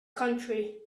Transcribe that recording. country